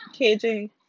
KJ